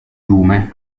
lume